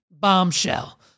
bombshell